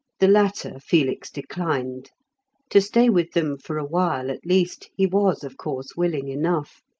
the latter felix declined to stay with them for awhile, at least, he was, of course, willing enough.